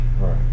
Right